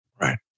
Right